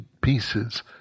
pieces